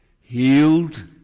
Healed